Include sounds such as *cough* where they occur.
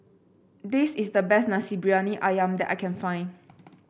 this is the best Nasi Briyani ayam that I can find *noise*